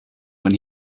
when